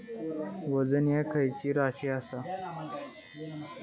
वजन ह्या खैची राशी असा?